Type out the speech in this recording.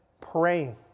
praying